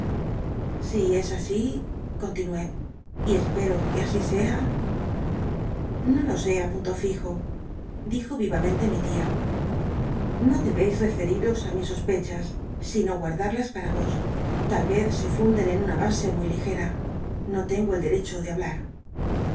si es así continué y espero c ne así sea o lo sé punto lljo dijo hamente mi tia o dcbeis referiros á mis sospechas ino guartlarlas para os tal y cz se funden en una base muy ligera no tengo el dci'ccho de hablar